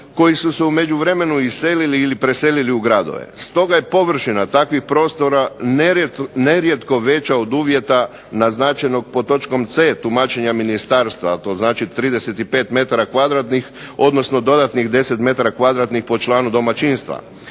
koji su se u međuvremenu iselili ili preselili u gradove. Stoga je površina takvih prostora nerijetko veća od uvjeta naznačenog pod točkom C tumačenja ministarstva, a to znači 35 metara kvadratnih, odnosno dodatnih 10 metara kvadratnih po članu domaćinstva.